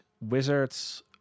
Wizards